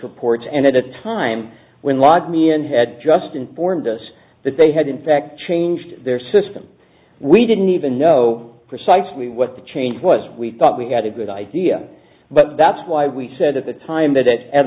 reports and at a time when lott meehan had just informed us that they had in fact changed their system we didn't even know precisely what the change was we thought we had a good idea but that's why we said at the time that